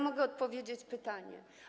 Mogę odpowiedzieć pytaniem.